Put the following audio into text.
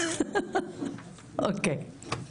אוקיי.